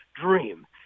dream